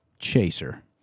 chaser